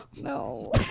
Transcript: No